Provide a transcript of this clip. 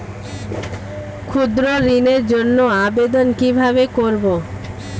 ক্ষুদ্র ঋণের জন্য আবেদন কিভাবে করব?